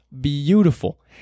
beautiful